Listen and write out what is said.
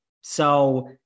So-